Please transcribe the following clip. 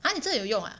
啊你真的有用啊